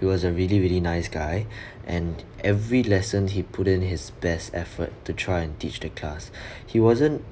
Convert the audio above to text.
he was a really really nice guy and every lesson he put in his best effort to try and teach the class he wasn't